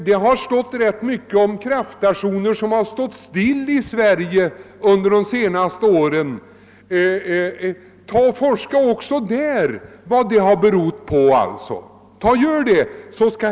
Det har skrivits rätt mycket om kraftstationer som stått stilla i Sverige under de senaste åren. Forska också litet där och se efter vad det beror på.